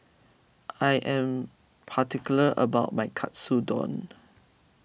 I am particular about my Katsudon